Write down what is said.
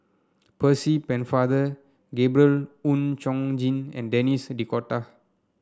Percy Pennefather Gabriel Oon Chong Jin and Denis D'Cotta